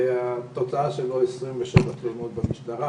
שהתוצאה שלה היא 27 תלונות במשטרה,